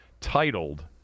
titled